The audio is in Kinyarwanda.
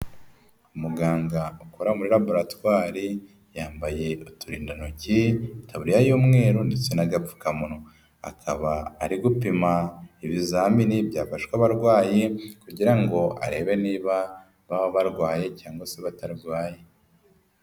Muganga ukora muri raboratwari yambaye uturindantoki, itaburiya y'umweru ndetse n'agapfukamunwa, akaba ari gupima ibizamini byafawe abarwayi kugira ngo arebe niba baba barwaye cyangwa se batarwaye.